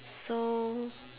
so